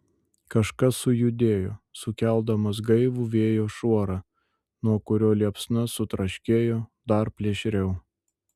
kažkas sujudėjo sukeldamas gaivų vėjo šuorą nuo kurio liepsna sutraškėjo dar plėšriau